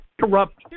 corrupt